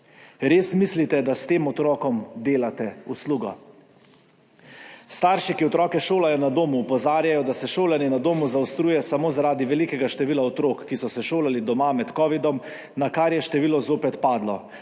Res mislite, da s tem otrokom delate uslugo? Starši, ki otroke šolajo na domu, opozarjajo, da se šolanje na domu zaostruje samo zaradi velikega števila otrok, ki so se šolali doma med covidom, nakar je število zopet padlo.